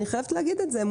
אני חייבת להגיד את זה.